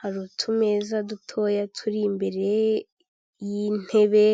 hari utumeza dutoya turi imbere y'intebe.